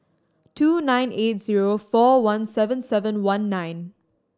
two nine eight zero four one seven seven one nine